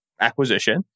acquisition